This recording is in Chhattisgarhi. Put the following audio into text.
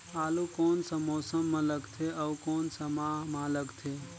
आलू कोन सा मौसम मां लगथे अउ कोन सा माह मां लगथे?